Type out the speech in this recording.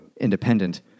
independent